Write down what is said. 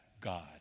God